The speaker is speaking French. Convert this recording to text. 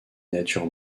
natures